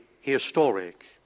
historic